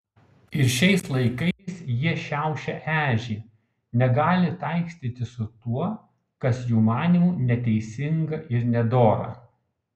ir šiais laikais jie šiaušia ežį negali taikstytis su tuo kas jų manymu neteisinga ir nedora